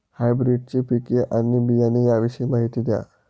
हायब्रिडची पिके आणि बियाणे याविषयी माहिती द्या